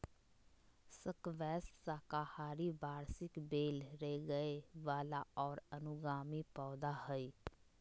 squash साकाहारी वार्षिक बेल रेंगय वला और अनुगामी पौधा हइ